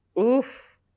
Oof